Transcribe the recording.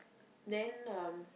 then uh